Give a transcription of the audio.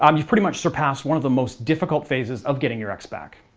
um you've pretty much surpassed one of the most difficult phases of getting your ex back.